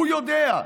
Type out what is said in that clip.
הוא יודע.